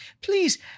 Please